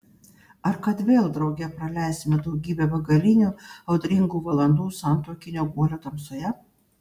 ar kad vėl drauge praleisime daugybę begalinių audringų valandų santuokinio guolio tamsoje